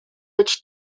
być